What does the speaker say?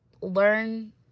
learn